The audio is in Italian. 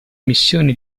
missione